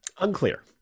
unclear